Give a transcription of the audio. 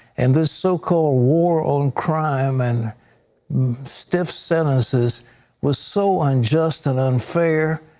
and this so-called war on crime, and stiff sentences was so unjust and unfair,